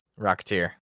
Rocketeer